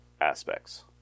aspects